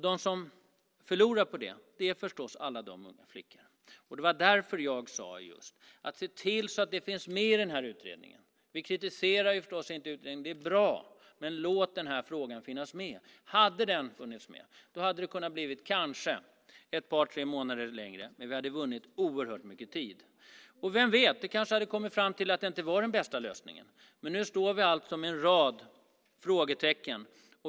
De som förlorar på det är förstås de unga flickorna. Det var därför jag sade att man skulle se till att detta fanns med i utredningen. Vi kritiserar förstås inte utredningen. Den är bra, men låt den här frågan finnas med! Hade den funnits med hade det hela kanske tagit ett par tre månader längre, men vi hade vunnit oerhört mycket tid. Vem vet, man hade kanske kommit fram till att detta inte var den bästa lösningen, men nu står vi med en rad frågetecken.